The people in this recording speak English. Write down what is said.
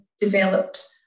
developed